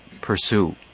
pursue